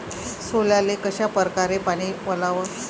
सोल्याले कशा परकारे पानी वलाव?